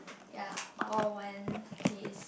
ya or when he is